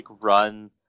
run